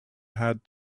had